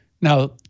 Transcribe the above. Now